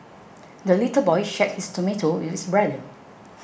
the little boy shared his tomato with his brother